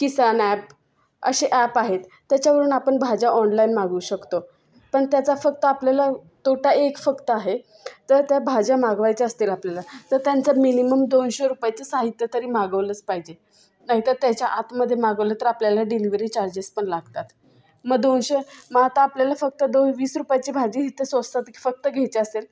किसान app असे app आहेत त्याच्यावरून आपण भाज्या ऑनलाईन मागवू शकतो पण त्याचा फक्त आपल्याला तोटा एक फक्त आहे तर त्या भाज्या मागवायच्या असतील आपल्याला तर त्यांचं मिनिमम दोनशे रुपयाचं साहित्य तरी मागवलंच पाहिजे नाहीतर त्याच्या आतमध्ये मागवलं तर आपल्याला डिलीवरी चार्जेस पण लागतात मग दोनशे मग आता आपल्याला तर दो वीस रुपयाची भाजी इथे स्वस्तात फक्त घ्यायची असेल